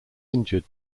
injured